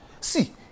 See